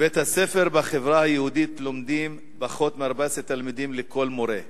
בבית-הספר בחברה היהודית לומדים פחות מ-14 תלמידים לכל מורה,